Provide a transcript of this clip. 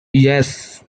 yes